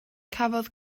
cafodd